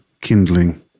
kindling